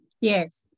Yes